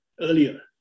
earlier